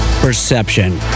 Perception